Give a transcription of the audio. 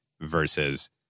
versus